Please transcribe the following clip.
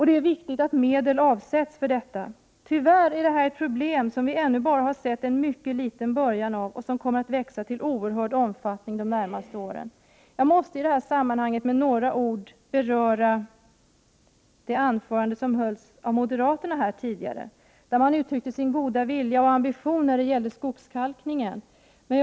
Det är viktigt att medel avsätts för detta ändamål! Det är dess värre ett problem som vi ännu bara sett en mycket liten början av och som kommer att växa till oerhörd omfattning de närmaste åren. Jag måste få kommentera det anförande som hölls av moderaternas företrädare nyss. Han uttryckte deras goda vilja och ambition när det gäller skogskalkningen.